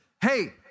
Hey